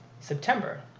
September